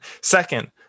Second